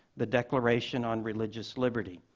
the declaration on religious liberty,